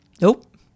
Nope